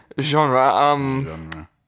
Genre